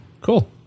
cool